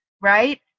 right